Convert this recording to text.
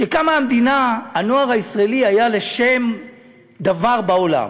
כשקמה המדינה, הנוער הישראלי היה לשם דבר בעולם.